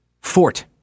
fort